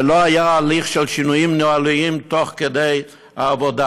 ולא היה הליך של שינויים תוך כדי עבודה.